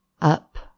up